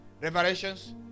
Revelations